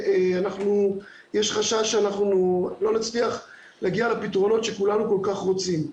אז יש חשש שלא נצליח להגיע לפתרונות שכולנו כל כך רוצים.